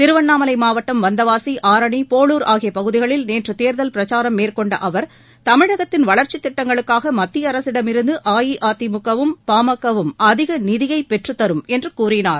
திருவண்ணாமலை மாவட்டம் வந்தவாசி ஆரணி போளூர் ஆகிய பகுதிகளில் நேற்று தேர்தல் பிரச்சாரம் மேற்கொண்ட அவர் தமிழகத்தின் வளர்ச்சித் திட்டங்களுக்காக மத்திய அரசிடமிருந்து அஇஅதிமுக வும் பா ம க வும் அதிக நிதியை பெற்றுத்தரும் என்று கூறினார்